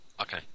Okay